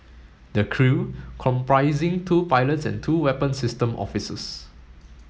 the crew comprising two pilots and two weapon system officers